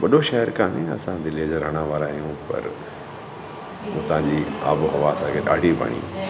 वॾो शहरु कोन्हे असां दिल्लीअ जा रहण वारा आहियूं पर उतां जी आबोहवा असांखे ॾाढी वणी